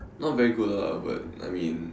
not very good lah but I mean